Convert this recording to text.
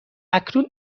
اکنون